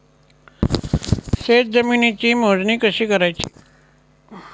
शेत जमिनीची मोजणी कशी करायची?